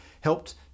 helped